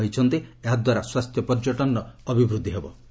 ମନ୍ତ୍ରୀ କହିଛନ୍ତି ଏହାଦ୍ୱାରା ସ୍ୱାସ୍ଥ୍ୟ ପର୍ଯ୍ୟଟନର ଅଭିବୃଦ୍ଧି ହେବ